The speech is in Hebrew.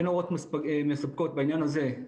אין הוראות מספקות בעניין הזה,